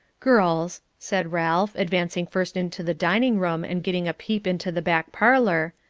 girls, said ralph, advancing first into the dining-room and getting a peep into the back parlour,